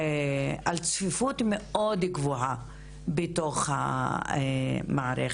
עדויות על צפיפות מאוד גבוהה בתוך המערכת,